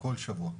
כל שבוע.